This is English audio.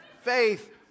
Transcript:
Faith